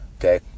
okay